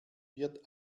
wird